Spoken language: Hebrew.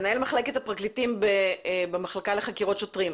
מנהל מחלקת הפרקליטים במחלקה לחקירות שוטרים,